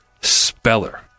speller